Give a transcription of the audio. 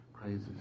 praises